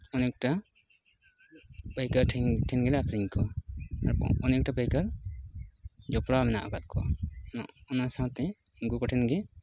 ᱚᱱᱮᱠᱴᱟ ᱯᱟᱹᱭᱠᱟᱹᱨ ᱴᱷᱮᱱ ᱴᱷᱮᱱ ᱜᱮᱞᱮ ᱟᱠᱷᱨᱤᱧ ᱠᱚᱣᱟ ᱚᱱᱮᱠᱴᱟ ᱯᱟᱹᱭᱠᱟᱹᱨ ᱡᱚᱯᱲᱟᱣ ᱢᱮᱱᱟᱜ ᱟᱠᱟᱫ ᱠᱚᱣᱟ ᱚᱱᱟ ᱥᱟᱶᱛᱮ ᱩᱱᱠᱩ ᱠᱚᱴᱷᱮᱱ ᱜᱮ